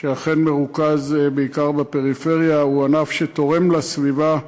שאכן מרוכז בעיקר בפריפריה, ענף שתורם לסביבה,